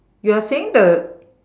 you are saying the